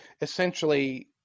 essentially